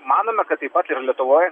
manome kad taip pat ir lietuvoj